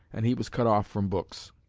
and he was cut off from books.